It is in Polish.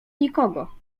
nikogo